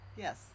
Yes